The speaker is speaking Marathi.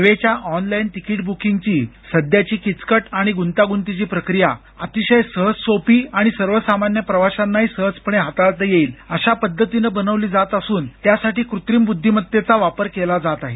रेल्वेच्या ऑनलाईन तिकीट बुकिंगची सध्याची किचकट आणि गुंतागुंतीची प्रक्रिया अतिशय सहजसोपी आणि सर्वसामान्य प्रवाशांनाही सहजपणे हाताळता येईल अशा पद्धतीनं बनवली जात असून त्यासाठी कृत्रिम ब्द्धिमत्तेचा वापर केला जात आहे